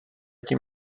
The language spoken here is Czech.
tím